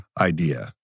idea